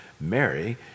Mary